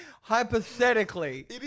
Hypothetically